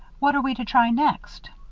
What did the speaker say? what are we to try next?